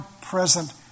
present